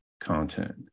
content